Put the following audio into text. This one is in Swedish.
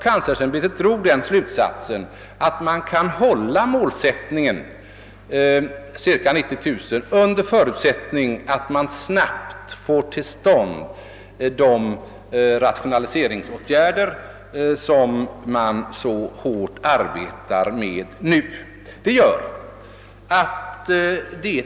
ämbetet drog emellertid slutsatsen, att målsättningen cirka 90 000 studerande kan hållas under förutsättning att de rationaliseringsåtgärder, som man nu så hårt arbetar med, genomföres.